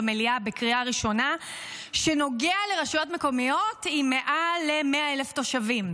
במליאה בקריאה ראשונה שנוגע לרשויות מקומיות עם יותר מ-100,000 תושבים?